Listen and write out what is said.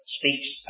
speaks